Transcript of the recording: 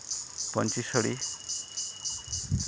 ᱯᱟᱹᱧᱪᱤ ᱥᱟᱹᱲᱤ